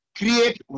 create